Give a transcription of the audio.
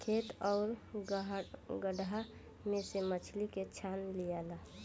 खेत आउरू गड़हा में से मछली के छान लियाला